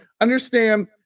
Understand